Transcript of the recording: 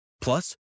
Plus